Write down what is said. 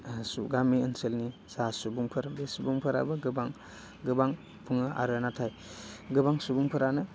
गामि ओनसोलनि जा सुबुंफोर बे सुबुंफोराबो गोबां गोबां बुङो आरो नाथाय गोबां सुबुंफोरानो